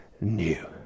new